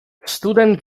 student